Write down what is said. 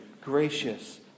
gracious